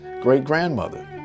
great-grandmother